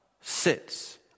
sits